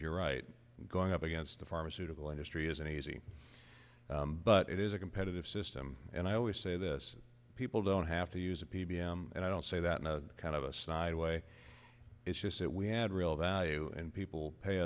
you're right going up against the pharmaceutical industry isn't easy but it is a competitive system and i always say this people don't have to use a p b m and i don't say that in a kind of a snide way it's just that we add real value and people pay